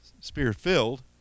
spirit-filled